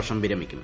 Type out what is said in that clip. വർഷം വിരമിക്കും